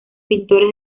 pintores